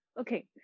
Okay